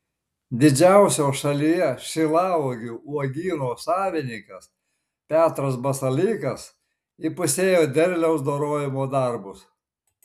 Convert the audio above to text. didžiausio šalyje šilauogių uogyno savininkas petras basalykas įpusėjo derliaus dorojimo darbus